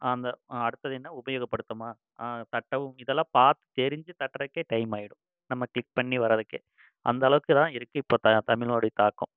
அந்த அடுத்தது என்ன உபயோகப்படுத்துமா கட்டவும் இதெல்லாம் பார்த்து தெரிஞ்சு தட்டுறக்கே டைம் ஆகிடும் நம்ம க்ளிக் பண்ணி வரதுக்கே அந்தளவுக்கு தான் இருக்குது இப்போ த தமிழோடய தாக்கம்